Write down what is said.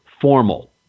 formal